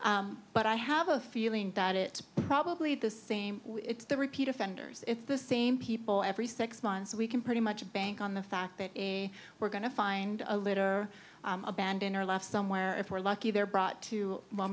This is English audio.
but i have a feeling that it probably the same it's the repeat offenders it's the same people every six months we can pretty much bank on the fact that a we're going to find a litter abandoned or left somewhere if we're lucky they're brought to